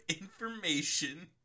information